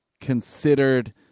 considered